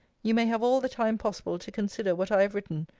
you may have all the time possible to consider what i have written,